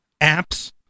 apps